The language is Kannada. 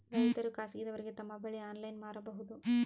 ರೈತರು ಖಾಸಗಿದವರಗೆ ತಮ್ಮ ಬೆಳಿ ಆನ್ಲೈನ್ ಮಾರಬಹುದು?